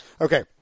Okay